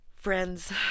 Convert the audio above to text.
Friends